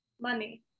money